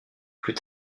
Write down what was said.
plus